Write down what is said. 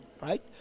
right